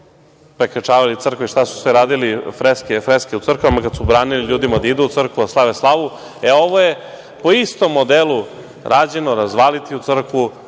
prekrečavali crkve i šta su sve radili, freske u crkvama, kad su branili ljudima da idu u crkvu a slave slavu, e, ovo je po istom modelu rađeno - razvaliti crkvu,